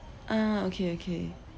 ah okay okay